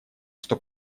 что